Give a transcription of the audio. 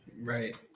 Right